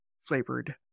flavored